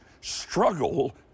struggle